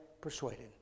persuaded